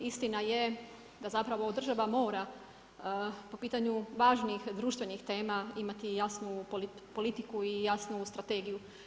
Istina je da zapravo država mora po pitanju važnijih društvenih tema imati jasnu politiku i jasnu strategiju.